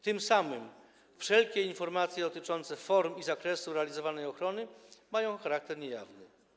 Tym samym wszelkie informacje dotyczące form i zakresu realizowanej ochrony mają charakter niejawny.